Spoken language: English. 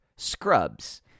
scrubs